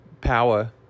Power